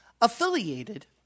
affiliated